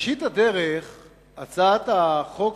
בראשית הדרך הצעת החוק,